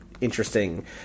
interesting